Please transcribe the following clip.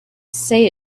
say